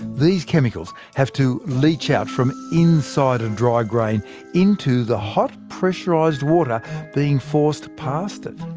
these chemicals have to leach out from inside a dry grain into the hot pressurised water being forced past it,